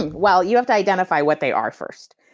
well, you have to identify what they are first.